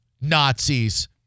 Nazis